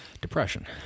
depression